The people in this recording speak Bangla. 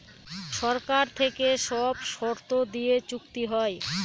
সরকার থেকে সব শর্ত দিয়ে চুক্তি হয়